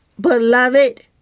beloved